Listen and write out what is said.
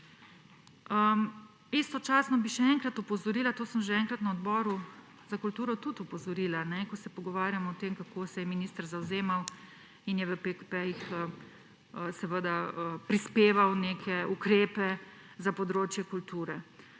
Istočasno bi še enkrat opozorila, to sem že enkrat na Odboru za kulturo tudi opozorila, ko se pogovarjamo o tem, kako se je minister zavzemal in je v PKP-jih prispeval neke ukrepe za področje kulture.